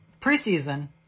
preseason